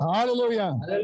Hallelujah